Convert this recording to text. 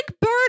bird